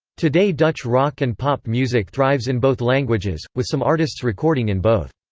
today dutch rock and pop music thrives in both languages, with some artists recording in both.